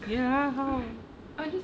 ya how